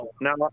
now